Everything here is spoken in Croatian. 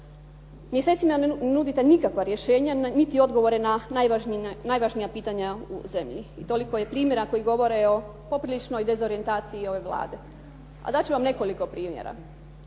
Mjesecima ne nudite nikakva rješenja niti odgovore na najvažnija pitanja u zemlji. Toliko je primjera koji govore o popriličnoj dezorijentaciji ove Vlade, a dat ću vam nekoliko primjera.